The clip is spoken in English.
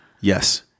yes